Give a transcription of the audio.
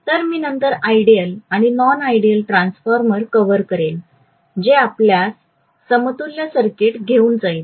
तर मी नंतर आयडियल आणि नॉन आयडियल ट्रान्सफॉर्मर कव्हर करेल जे आपल्यास समतुल्य सर्किट घेऊन जाईल